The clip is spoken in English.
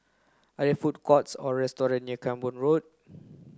are they food courts or near Camborne Road